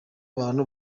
bantu